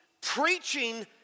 preaching